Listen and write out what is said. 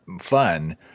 fun